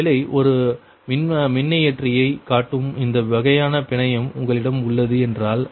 ஒருவேளை ஒரு மின்னியற்றியை காட்டும் இந்த வகையான பிணையம் உங்களிடம் உள்ளது என்றால்